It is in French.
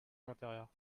l’intérieur